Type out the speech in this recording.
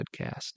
podcast